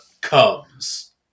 comes